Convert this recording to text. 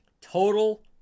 total